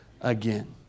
again